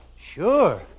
Sure